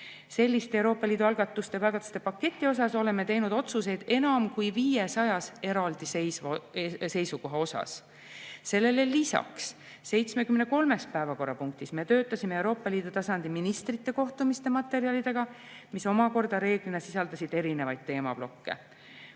Selliste Euroopa Liidu algatuste või algatuste paketi kohta oleme teinud otsuseid enam kui 500 eraldiseisva seisukoha puhul. Sellele lisaks, 73 päevakorrapunktis me töötasime Euroopa Liidu tasandi ministrite kohtumiste materjalidega, mis omakorda enamasti sisaldasid erinevaid teemaplokke.